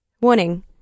Warning